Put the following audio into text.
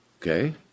Okay